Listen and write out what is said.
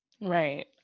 Right